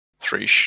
three